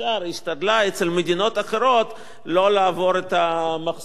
אצל מדינות אחרות לא לעבור את המחסום הזה,